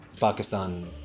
Pakistan